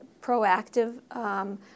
proactive